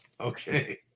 Okay